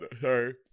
sorry